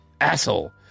asshole